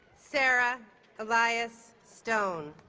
sarah elias stone